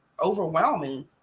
overwhelming